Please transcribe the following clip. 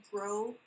grow